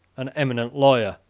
an eminent lawyer,